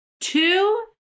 two